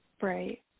Right